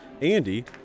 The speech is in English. Andy